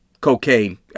cocaine